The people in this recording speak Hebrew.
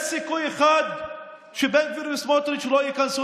יש סיכוי אחד שבן גביר וסמוטריץ' לא ייכנסו